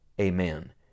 Amen